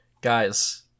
guys